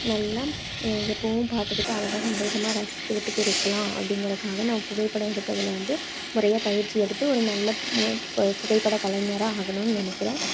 நல்லா எ எப்பவும் பார்த்துகிட்டு அழகாக சந்தோஷமாக ரசிச்சிக்கிட்டுக்கு இருக்கலாம் அப்படிங்கிறக்காக நான் புகைப்படம் எடுப்பதில் வந்து முறையாக பயிற்சி எடுத்து ஒரு நல்ல மு இது பா புகைப்பட கலைஞராக ஆகணும்ன் நினைக்கிறேன்